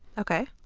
ok.